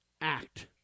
Act